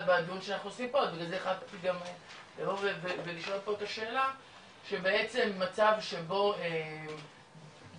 בעדויות ולשאול פה את השאלה שבעצם מצב שבו ברשת